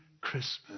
christmas